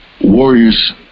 Warriors